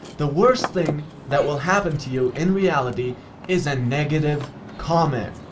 the worst thing that will happen to you in reality is a negative comment.